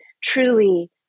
truly